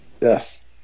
Yes